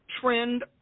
trend